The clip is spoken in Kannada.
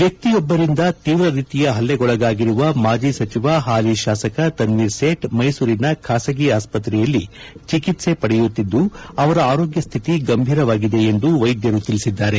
ವ್ಯಕ್ತಿಯೊಬ್ಬರಿಂದ ತೀವ್ರ ರೀತಿಯ ಹಲ್ಲೆಗೊಳಗಾಗಿರುವ ಮಾಜಿ ಸಚಿವ ಹಾಲಿ ಶಾಸಕ ತನ್ನೀರ್ ಸೇತ್ ಮೈಸೂರಿನ ಖಾಸಗಿ ಆಸ್ಪತ್ರೆಯಲ್ಲಿ ಚಿಕಿತ್ಲೆ ಪಡೆಯುತ್ತಿದ್ದು ಅವರ ಆರೋಗ್ಯ ಸ್ಥಿತಿ ಗಂಭೀರವಾಗಿದೆ ಎಂದು ವೈದ್ದರು ತಿಳಿಸಿದ್ದಾರೆ